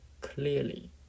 clearly